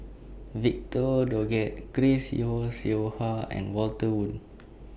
Victor Doggett Chris Yeo Siew Yeo Hua and Walter Woon